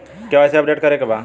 KYC update करे के बा?